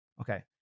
Okay